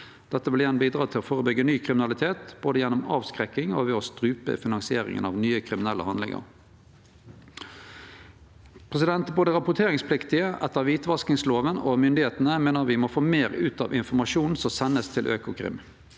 Dette vil igjen bidra til å førebyggje ny kriminalitet, både gjennom avskrekking og ved å strupe finansieringa av nye kriminelle handlingar. Me meiner at både rapporteringspliktige etter kvitvaskingsloven og myndigheitene må få meir ut av informasjonen som vert send til Økokrim.